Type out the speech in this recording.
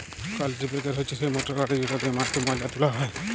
কাল্টিপ্যাকের হছে সেই মটরগড়ি যেট দিঁয়ে মাটিতে ময়লা তুলা হ্যয়